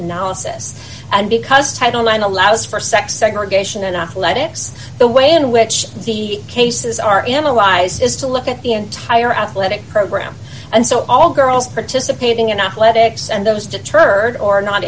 analysis and because title nine allows for sex segregation and athletics the way in which the cases are analyzed is to look at the entire athletic program and so all girls participating in athletics and those deterred or not